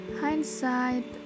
hindsight